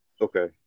Okay